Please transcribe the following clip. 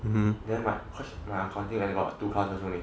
then might cause my accounting there got two classes only